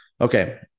Okay